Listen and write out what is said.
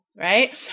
right